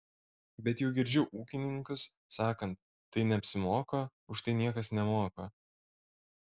bet jau girdžiu ūkininkus sakant tai neapsimoka už tai niekas nemoka